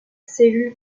cellule